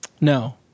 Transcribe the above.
No